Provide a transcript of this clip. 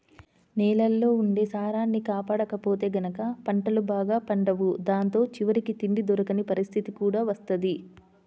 నేలల్లో ఉండే సారాన్ని కాపాడకపోతే గనక పంటలు బాగా పండవు దాంతో చివరికి తిండి దొరకని పరిత్తితి కూడా వత్తది